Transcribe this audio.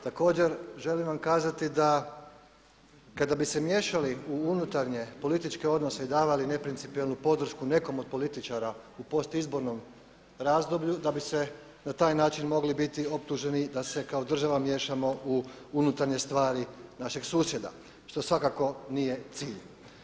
Također, želim vam kazati da kada bi se miješali u unutarnje političke odnose i davali neprincipijelnu podršku nekom od političara u post izbornom razdoblju da bi se na taj način mogli biti optuženi da se kao država miješamo u unutarnje stvari našeg susjeda što svakako nije cilj.